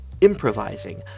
improvising